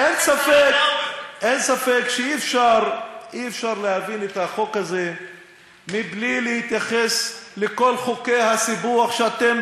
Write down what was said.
אין ספק שאי-אפשר להבין את החוק הזה מבלי להתייחס לכל חוקי הסיפוח שאתם